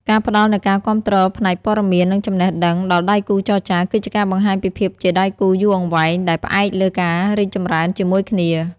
ការផ្តល់នូវការគាំទ្រផ្នែកព័ត៌មាន និងចំណេះដឹងដល់ដៃគូចរចា គឺជាការបង្ហាញពីភាពជាដៃគូយូរអង្វែងដែលផ្អែកលើការរីកចម្រើនជាមួយគ្នា។